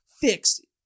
fixed